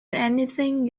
anything